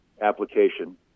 application